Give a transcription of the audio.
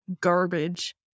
Garbage